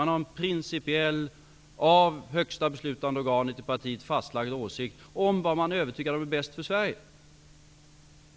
Man har en principiell och av partiets högsta beslutande organ fastlagd åsikt om vad man är övertygad om är bäst för Sverige.